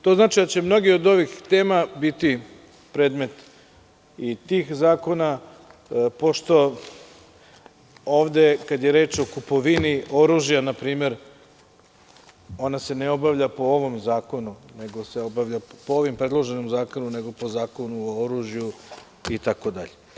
To znači da će mnoge od ovih tema biti predmet i tih zakona, pošto ovde kada je reč o kupovini oružja na primer, ona se ne obavlja po ovom predloženom zakonu nego po zakonu o oružju itd.